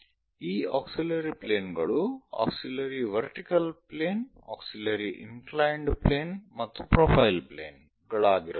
ಈ auxiliary plane ಗಳು auxiliary vertical plane auxiliary inclined plane ಮತ್ತು ಪ್ರೊಫೈಲ್ ಪ್ಲೇನ್ ಗಳಾಗಿರಬಹುದು